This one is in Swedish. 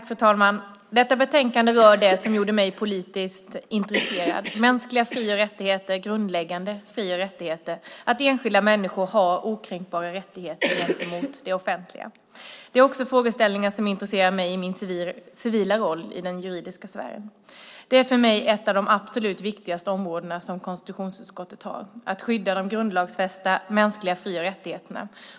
Fru talman! Detta betänkande rör det som gjorde mig politiskt intresserad, nämligen mänskliga fri och rättigheter, grundläggande fri och rättigheter, att enskilda människor har okränkbara rättigheter gentemot det offentliga. Det är också frågeställningar som intresserar mig i min civila roll i den juridiska sfären. Det här är för mig ett av de absolut viktigaste områdena för konstitutionsutskottet, att skydda de grundlagsfästa mänskliga fri och rättigheterna.